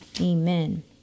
Amen